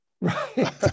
Right